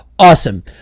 Awesome